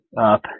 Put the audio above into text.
up